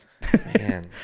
Man